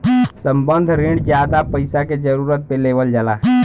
संबंद्ध रिण जादा पइसा के जरूरत पे लेवल जाला